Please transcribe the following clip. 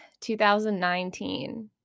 2019